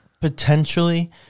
Potentially